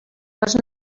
les